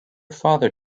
father